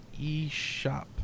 eShop